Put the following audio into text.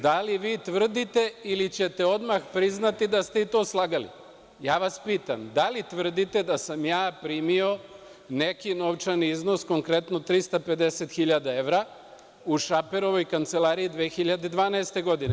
Da li vi tvrdite ili ćete odmah priznati da ste i to slagali? (Aleksandar Marković: Pitam.) Ja vas pitam da li tvrdite da sam ja primio neki novčani iznos, konkretno 350 hiljada evra, u Šaperovoj kancelariji 2012. godine?